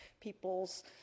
people's